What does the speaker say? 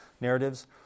narratives